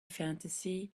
fantasy